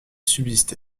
subsisté